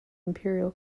imperial